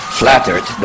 flattered